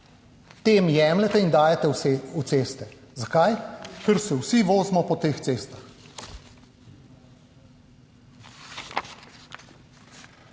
Tem jemljete in dajete v ceste. Zakaj? Ker se vsi vozimo po teh cestah.